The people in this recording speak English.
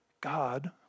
God